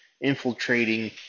infiltrating